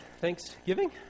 Thanksgiving